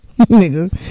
nigga